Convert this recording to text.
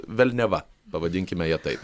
velniava pavadinkime ją taip